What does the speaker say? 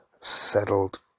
settled